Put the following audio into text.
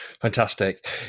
Fantastic